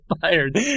fired